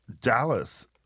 Dallas